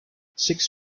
six